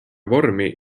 vormi